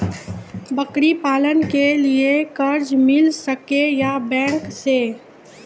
बकरी पालन के लिए कर्ज मिल सके या बैंक से?